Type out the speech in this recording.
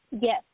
Yes